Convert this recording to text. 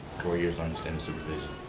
four years under standard supervision.